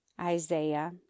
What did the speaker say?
Isaiah